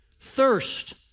thirst